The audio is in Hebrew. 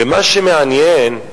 ומה שמעניין,